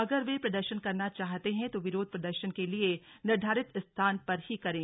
अगर वे प्रदर्शन करना चाहते हैं तो विरोध प्रदर्शन के लिए निर्घारित स्थान पर ही करें